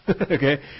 Okay